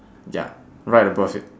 ya right above it